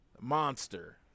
monster